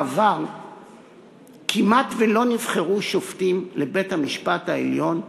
בעבר כמעט שלא נבחרו שופטים לבית-המשפט העליון פה-אחד.